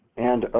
and ah